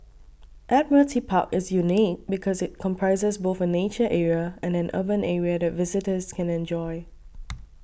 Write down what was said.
Admiralty Park is unique because it comprises both a nature area and an urban area that visitors can enjoy